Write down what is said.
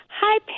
hi